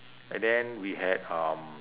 and then we had um